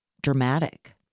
dramatic